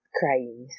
crying